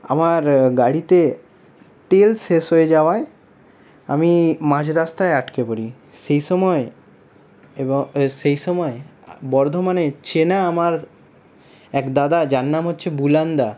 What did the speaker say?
আমার গাড়িতে তেল শেষ হয়ে যাওযায় আমি মাঝ রাস্তায় আটকে পড়ি সেই সময় সেই সময় বর্ধমানেই চেনা আমার এক দাদা যার নাম হচ্ছে বুলানদা